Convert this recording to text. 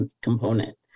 component